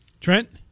trent